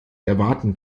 erwarten